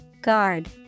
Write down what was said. Guard